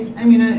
i mean,